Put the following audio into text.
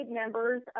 members